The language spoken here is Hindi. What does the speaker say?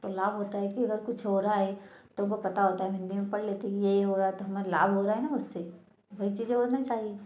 तो लाभ होता है कि अगर कुछ हो रहा है तो वह पता होता है हम हिंदी में पढ़ लेते हैं यह हो रहा है तो हमें लाभ हो रहा हैं ना उससे वही चीज़ें होना चाहिए